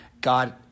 God